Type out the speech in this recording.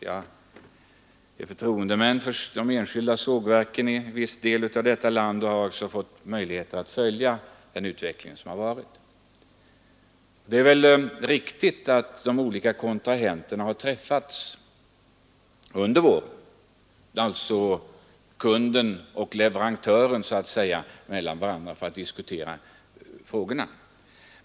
Jag är förtroendeman för de enskilda sågverken i en viss del av detta land och har också fått möjlighet att följa den utveckling som skett. Det är väl riktigt att de olika kontrahenterna har träffats under våren — att alltså kunden och leverantören så att säga har diskuterat frågorna.